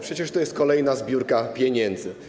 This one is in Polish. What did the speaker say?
Przecież to jest kolejna zbiórka pieniędzy.